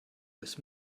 with